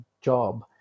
job